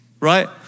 Right